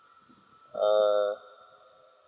err